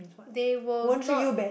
they will not